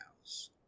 house